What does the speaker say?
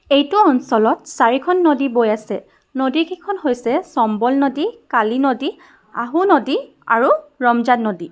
এইটো অঞ্চলত চাৰিখন নদী বৈ আছে নদীকেইখন হৈছে চম্বল নদী কালী নদী আহু নদী আৰু ৰমজান নদী